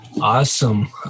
Awesome